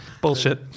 Bullshit